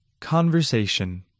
Conversation